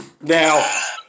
Now